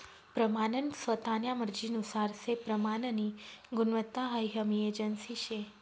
प्रमानन स्वतान्या मर्जीनुसार से प्रमाननी गुणवत्ता हाई हमी एजन्सी शे